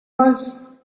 was